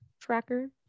tracker